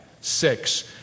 Six